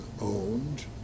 owned